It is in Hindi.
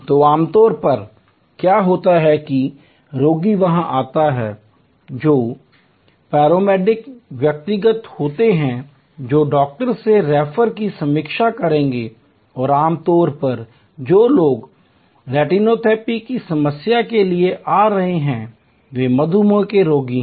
तो आमतौर पर क्या होता है कि रोगी वहाँ आता है जो पैरामेडिक व्यक्तिगत होते हैं जो डॉक्टर से रेफरल की समीक्षा करेंगे और आमतौर पर जो लोग रेटिनोपैथी की समस्या के लिए आ रहे हैं वे मधुमेह के रोगी हैं